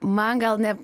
man gal ne